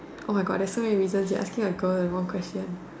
oh my god there are so many reasons you are asking a girl the wrong question